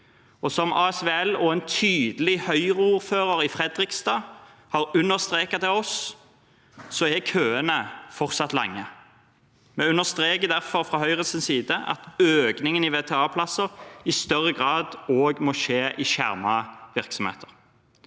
Som ASVL og en tydelig Høyre-ordfører i Fredrikstad har understreket for oss: Køene er fortsatt lange. Vi understreker derfor fra Høyres side at økningen i VTA-plasser i større grad må skje i skjermede virksomheter.